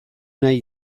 nahi